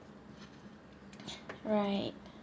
right